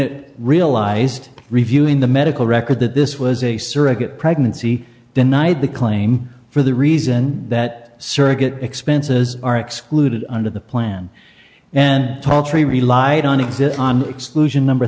it realized reviewing the medical record that this was a surrogate pregnancy denied the claim for the reason that surrogate expenses are excluded under the plan and tall tree relied on exhibit on exclusion number